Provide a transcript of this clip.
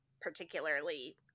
particularly